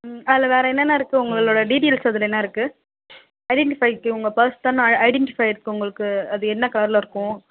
ம் அதில் வேறு என்னென்ன இருக்குது உங்களோட டீட்டெயில்ஸ் அதில் என்ன இருக்குது ஐடன்டிஃபைக்கு உங்கள் பர்ஸ் தான் ஐடன்டிஃபையிருக்கு உங்களுக்கு அது என்ன கலரில் இருக்கும்